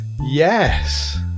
Yes